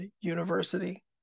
university